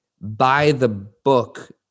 by-the-book